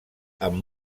amb